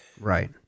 Right